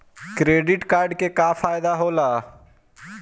Credit card के का फायदा होला?